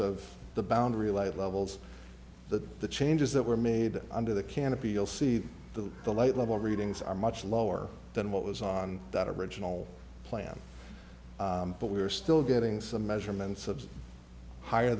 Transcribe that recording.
of the boundary light levels that the changes that were made under the canopy you'll see the the light level readings are much lower than what was on that original plan but we are still getting some measurements of higher